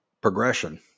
progression